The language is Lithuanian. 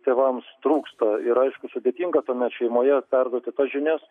tėvams trūksta ir aišku sudėtinga tuomet šeimoje perduoti tas žinias